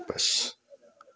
बस